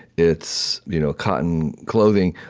it's you know cotton clothing.